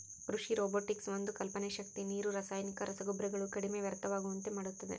ಕೃಷಿ ರೊಬೊಟಿಕ್ಸ್ ಒಂದು ಕಲ್ಪನೆ ಶಕ್ತಿ ನೀರು ರಾಸಾಯನಿಕ ರಸಗೊಬ್ಬರಗಳು ಕಡಿಮೆ ವ್ಯರ್ಥವಾಗುವಂತೆ ಮಾಡುತ್ತದೆ